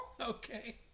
Okay